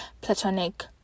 platonic